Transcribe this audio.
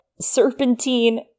Serpentine